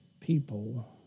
People